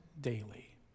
daily